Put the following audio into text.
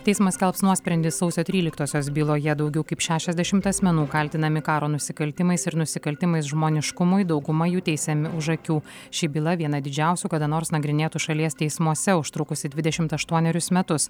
teismas skelbs nuosprendį sausio tryliktosios byloje daugiau kaip šešiasdešimt asmenų kaltinami karo nusikaltimais ir nusikaltimais žmoniškumui dauguma jų teisiami už akių ši byla viena didžiausių kada nors nagrinėtų šalies teismuose užtrukusi dvidešimt aštuonerius metus